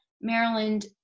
Maryland